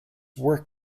work